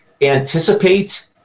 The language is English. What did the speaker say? anticipate